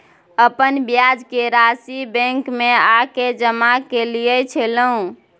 अपन ब्याज के राशि बैंक में आ के जमा कैलियै छलौं?